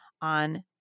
on